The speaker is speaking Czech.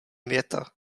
věta